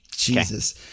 Jesus